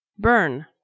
Burn